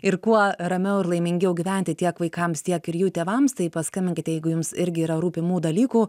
ir kuo ramiau ir laimingiau gyventi tiek vaikams tiek ir jų tėvams tai paskambinkite jeigu jums irgi yra rūpimų dalykų